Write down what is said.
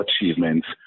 achievements